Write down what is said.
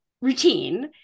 routine